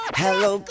hello